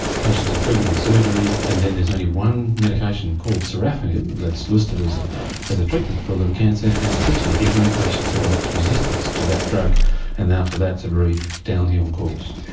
patients are treated with surgery, and then there's only one medication called sorafenib that is listed as as a treatment for liver cancer, and essentially every patient develops resistance to that drug and after that it's a very downhill course.